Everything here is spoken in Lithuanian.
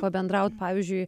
pabendraut pavyzdžiui